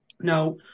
Now